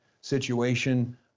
situation